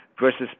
versus